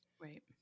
right